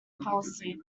policy